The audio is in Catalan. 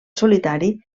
solitari